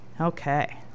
Okay